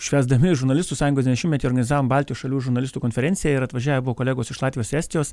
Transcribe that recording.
švęsdami žurnalistų sąjungos devyniasdešimtmetį organizavom baltijos šalių žurnalistų konferenciją ir atvažiavę buvo kolegos iš latvijos estijos